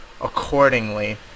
accordingly